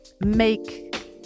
make